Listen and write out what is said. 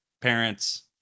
parents